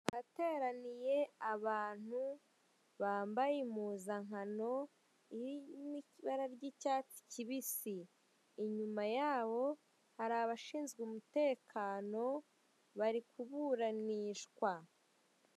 Ahateraniye ahantu bambaye impuzankano irimo ibara ry'icyatsi kibisi , inyuma yabo hari abashinzwe umutekano bari kuburanishwa.